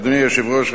אדוני היושב-ראש,